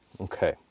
Okay